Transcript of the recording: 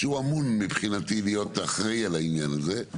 שהוא אמון מבחינתי להיות אחראי על העניין הזה,